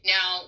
Now